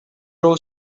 grow